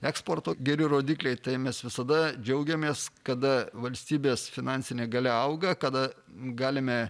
eksporto geri rodikliai tai mes visada džiaugiamės kada valstybės finansinė galia auga kada galime